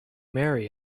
marry